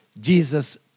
Jesus